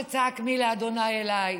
שצעק: מי לה' אליי.